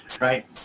right